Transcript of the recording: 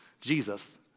Jesus